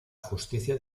justicia